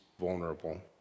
vulnerable